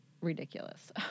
ridiculous